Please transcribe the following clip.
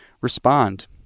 respond